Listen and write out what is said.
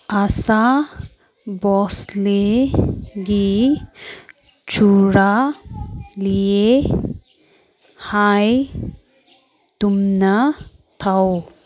ꯑꯥꯁꯥ ꯕꯣꯁꯂꯦꯒꯤ ꯆꯨꯔꯥ ꯂꯤꯌꯦ ꯍꯥꯏ ꯇꯨꯝꯅ ꯊꯥꯎ